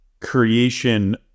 creation